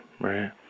right